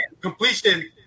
completion